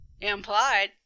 Implied